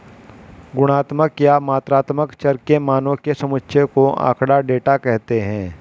गुणात्मक या मात्रात्मक चर के मानों के समुच्चय को आँकड़ा, डेटा कहते हैं